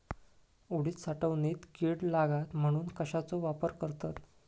उडीद साठवणीत कीड लागात म्हणून कश्याचो वापर करतत?